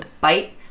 bite